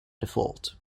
default